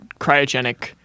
cryogenic